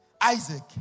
Isaac